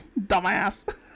Dumbass